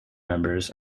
members